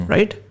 Right